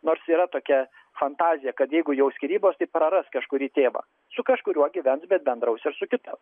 nors yra tokia fantazija kad jeigu jau skyrybos tai praras kažkurį tėvą su kažkuriuo gyvens bet bendrausiu ir su kitu